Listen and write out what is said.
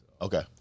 Okay